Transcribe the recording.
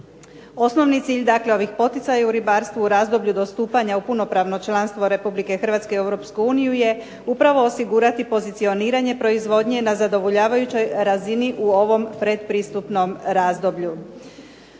Osnovni cilj, dakle, ovih poticaja u ribarstvu u razdoblju do stupanja u punopravno članstvo RH u EU je upravo osigurati pozicioniranje proizvodnje na zadovoljavajućoj razini u ovom pretpristupnom razdoblju.